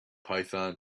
python